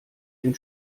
den